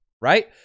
Right